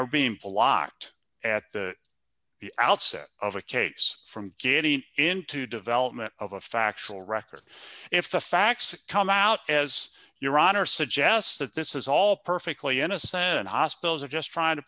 are being a locked at the outset of a case from getting into development of a factual record if the facts come out as your honor suggests that this is all perfectly innocent and hospitals are just trying to